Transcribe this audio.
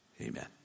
Amen